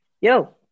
Yo